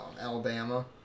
Alabama